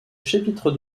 chapitre